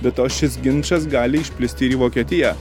be to šis ginčas gali išplisti ir į vokietiją